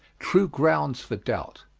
true grounds for doubt.